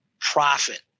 Profit